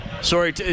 Sorry